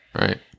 Right